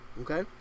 Okay